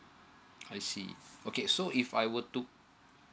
I see okay so if I were to